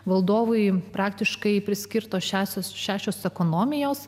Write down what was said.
valdovui praktiškai priskirtos šešios šešios ekonomijos